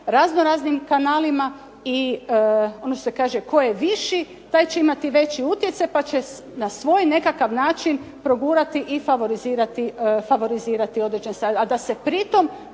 razno raznim kanalima i ono što se kaže tko je viši, taj će imati veći utjecaj pa će na svoj nekakav način progurati i favorizirati određeni sadržaj,